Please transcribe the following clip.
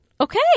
Okay